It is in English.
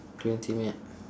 twenty minute